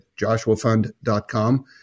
joshuafund.com